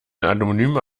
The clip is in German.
anonymen